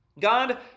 God